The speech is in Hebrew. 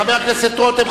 חבר הכנסת רותם,